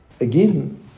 Again